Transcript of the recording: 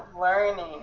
learning